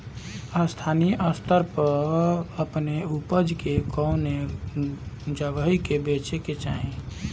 स्थानीय स्तर पर अपने ऊपज के कवने जगही बेचे के चाही?